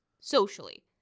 socially